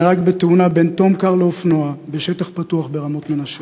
נהרג בתאונה בין תומקאר לאופנוע בשטח פתוח ברמות-מנשה.